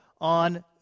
on